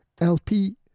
LP